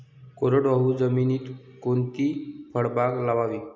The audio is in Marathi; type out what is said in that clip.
कोरडवाहू जमिनीत कोणती फळबाग लावावी?